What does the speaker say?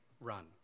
run